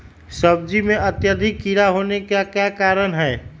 सब्जी में अत्यधिक कीड़ा होने का क्या कारण हैं?